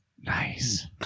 Nice